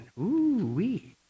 Ooh-wee